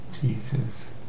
Jesus